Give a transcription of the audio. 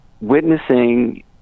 witnessing